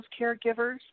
caregivers